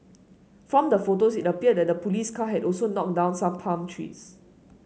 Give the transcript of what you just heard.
from the photos it appeared that the police car had also knocked down some palm trees